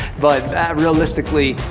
but realistically,